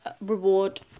reward